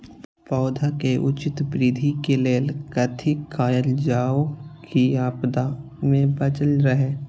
पौधा के उचित वृद्धि के लेल कथि कायल जाओ की आपदा में बचल रहे?